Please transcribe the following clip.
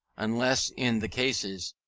unless in the cases,